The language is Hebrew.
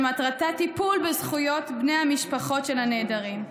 שמטרתה טיפול בזכויות בני המשפחות של הנעדרים,